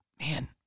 man